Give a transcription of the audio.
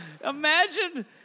Imagine